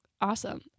awesome